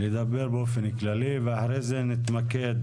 לדבר באופן כללי ואחרי זה נתמקד